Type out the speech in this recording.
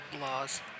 laws